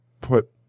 put